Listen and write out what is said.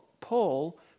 Paul